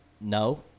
no